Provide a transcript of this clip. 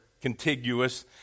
contiguous